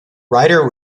ryder